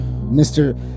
Mr